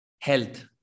Health